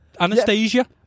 Anastasia